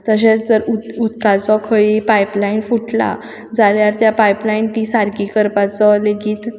तशेंच जर उदकाचो जर खंयीय पायप लायन फुटला जाल्यार ती पायप लायन सारकी करपाचो लेगीत